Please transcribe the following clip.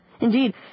Indeed